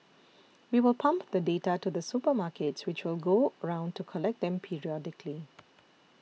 we will pump the data to the supermarkets which will go round to collect them periodically